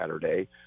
Saturday